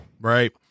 Right